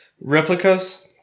Replicas